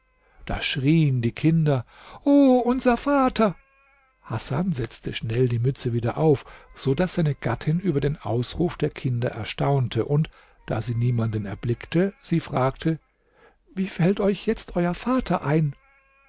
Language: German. da schrieen die kinder o unser vater hasan setzte schnell die mütze wieder auf so daß seine gattin über den ausruf der kinder erstaunte und da sie niemanden erblickte sie fragte wie fällt euch jetzt euer vater ein